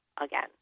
again